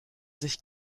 sich